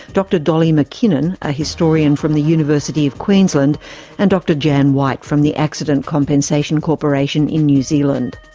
dr dolly mackinnon, a historian from the university of queensland and dr jan white from the accident compensation corporation in new zealand.